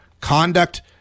conduct